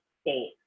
State